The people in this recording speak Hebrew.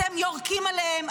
אתם יורקים עליהם,